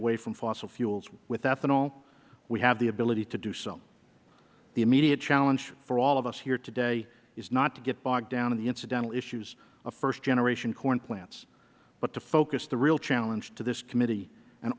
away from fossil fuels with ethanol we have the ability to do so the immediate challenge for all of us here today is not to get bogged down in the incidental issues of first generation corn plants but to focus the real challenge to this committee and